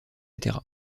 etc